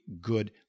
good